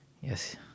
Yes